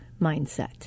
mindset